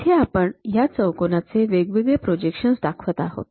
इथे आपण ह्या चौकोनाचे वेगवेगळे प्रोजेक्शन्स दाखवत आहोत